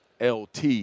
LT